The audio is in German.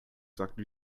sagte